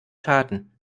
taten